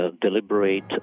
deliberate